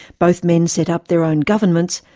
both men set up their own governments,